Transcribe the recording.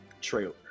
trailer